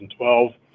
2012